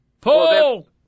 Pull